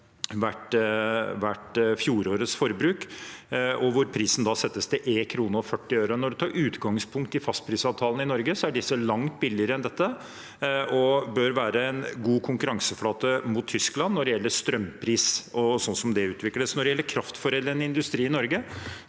vært fjorårets forbruk, hvor prisen da settes til 1 kr og 40 øre. Når man tar utgangspunkt i fastprisavtalene i Norge, er disse langt billigere enn dette, og det bør være en god konkurranseflate mot Tyskland når det gjelder strømpris og sånn det utvikles. Når det gjelder kraftforedlende industri i Norge,